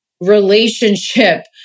relationship